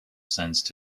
sensed